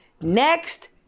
next